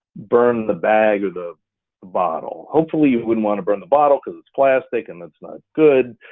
burn the bag or the the bottle, hopefully, you wouldn't wanna burn the bottle cause it's plastic and that's not good,